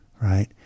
right